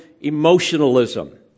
emotionalism